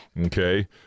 Okay